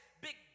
big